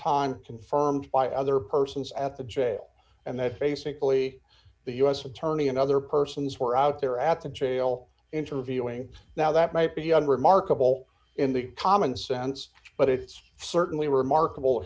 time confirmed by other persons at the jail and that basically the u s attorney and other persons were out there at the jail interviewing now that might be unremarkable in the common sense but it's certainly remarkable